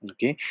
Okay